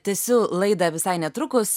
tęsiu laidą visai netrukus